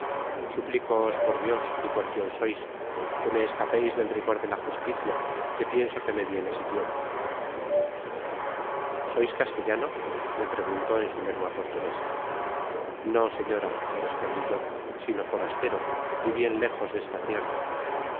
culpa suplícoos por dios y por quien sois que me escapeis del rigor de la justicia que pienso que me viene siguiendo sois castellano me preguntó en su lengua portuguesa no señora le respondi yo sino forastero y bien léjos desta tierra